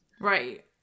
right